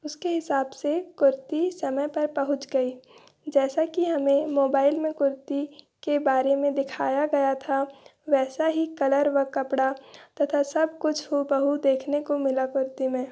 उसके हिसाब से कुर्ती समय पर पहुँच गई जैसा कि हमें मोबाइल में कुर्ती के बारे में दिखाया गया था वैसा ही कलर व कपड़ा तथा सब कुछ हूबहू देखने को मिला कुर्ती में